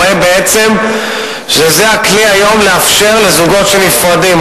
רואה שזה הכלי היום לאפשר לזוגות שנפרדים,